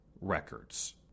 Records